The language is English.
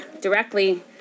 directly